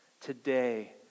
today